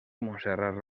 montserrat